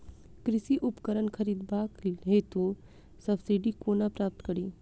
कृषि उपकरण खरीदबाक हेतु सब्सिडी कोना प्राप्त कड़ी?